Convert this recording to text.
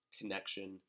connection